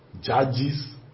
Judges